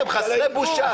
אתם חסרי בושה.